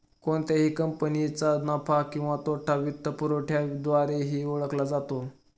कोणत्याही कंपनीचा नफा किंवा तोटा वित्तपुरवठ्याद्वारेही ओळखला जातो